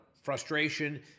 frustration